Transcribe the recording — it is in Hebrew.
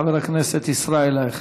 חבר הכנסת ישראל אייכלר.